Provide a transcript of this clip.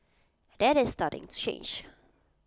that is starting to change